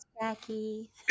Jackie